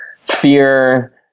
fear